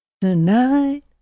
Tonight